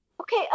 Okay